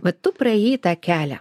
va tu praėjai tą kelią